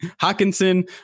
Hawkinson